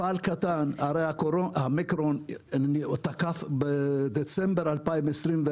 הרי האומיקרון תקף בדצמבר 2021,